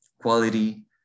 quality